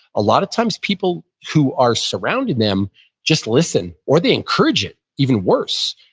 a lot of times people who are surrounding them just listen, or they encourage it even worse.